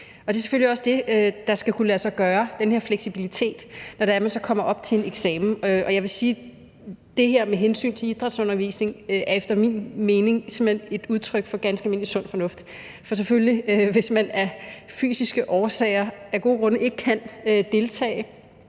Det er selvfølgelig også det, der skal kunne lade sig gøre, altså den her fleksibilitet, når det er, man så kommer til eksamen. Jeg vil sige, at det her med hensyn til idrætsundervisning simpelt hen er udtryk for ganske almindelig sund fornuft; for, selvfølgelig, hvis man af fysiske årsager ikke kan deltage